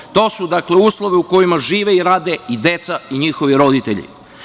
Dakle, to su uslovi u kojima žive i rade i deca i njihovi roditelji.